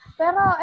pero